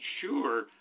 sure